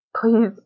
please